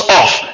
off